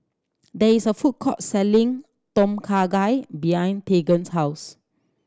there is a food court selling Tom Kha Gai behind Tegan's house